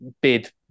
bid